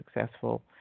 successful